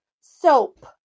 soap